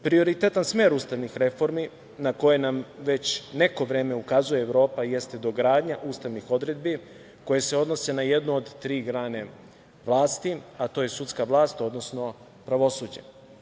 Prioritetan smer ustavnih reformi na koje nam već neko vreme ukazuje Evropa, jeste dogradnja ustavnih odredbi koje se odnose na jednu od tri grane vlasti, a to je sudska vlast, odnosno pravosuđe.